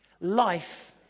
life